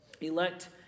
elect